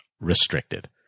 restricted